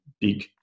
big